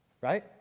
right